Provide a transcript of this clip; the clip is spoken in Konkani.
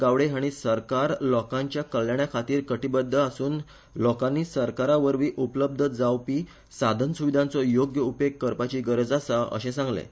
गावडे हांणी सरकार लोकांच्या कल्याणा खातीर कटीबद्द आस्रन लोकांनी सरकारा मार्फत उपलब्ध करपांत येवपी साधन सुविधांचो योग्य उपेग करपाची गरज आसा अशें सांगलें